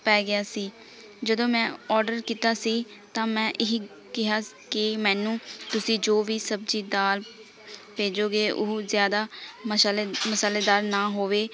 ਪੈ ਗਿਆ ਸੀ ਜਦੋਂ ਮੈਂ ਔਡਰ ਕੀਤਾ ਸੀ ਤਾਂ ਮੈਂ ਇਹੀ ਕਿਹਾ ਕਿ ਮੈਨੂੰ ਤੁਸੀਂ ਜੋ ਵੀ ਸਬਜ਼ੀ ਦਾਲ ਭੇਜੋਗੇ ਉਹ ਜ਼ਿਆਦਾ ਮਾਸ਼ਾਲਾਹ ਮਸਾਲੇਦਾਰ ਨਾ ਹੋਵੇ